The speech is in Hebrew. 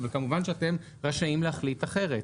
אבל כמובן שאתם רשאים להחליט אחרת.